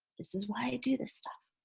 this is why i do this stuff.